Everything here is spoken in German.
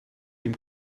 dem